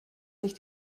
sich